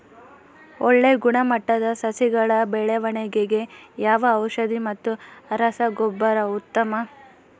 ಒಳ್ಳೆ ಗುಣಮಟ್ಟದ ಸಸಿಗಳ ಬೆಳವಣೆಗೆಗೆ ಯಾವ ಔಷಧಿ ಮತ್ತು ರಸಗೊಬ್ಬರ ಉತ್ತಮ?